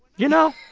you know?